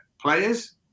players